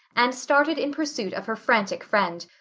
and started in pursuit of her frantic friend.